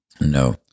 No